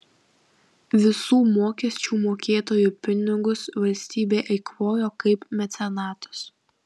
visų mokesčių mokėtojų pinigus valstybė eikvojo kaip mecenatas